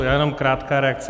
Jenom krátká reakce.